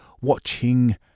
watching